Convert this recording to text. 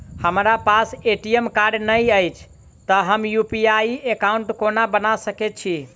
हमरा पास ATM card नहि अछि तए हम यु.पी.आई एकॉउन्ट कोना बना सकैत छी